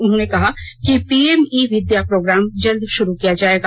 उन्होंने कहा कि पीएम ई विद्या प्रोग्राम जल्द शुरू किया जाएगा